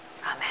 Amen